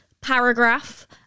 paragraph